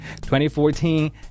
2014